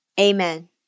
amen